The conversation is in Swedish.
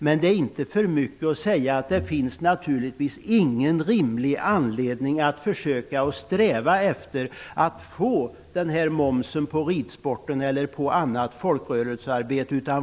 Men det finns naturligtvis ingen rimlig anledning att sträva efter ett införande av moms på ridsport eller på annat folkrörelsearbete.